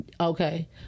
okay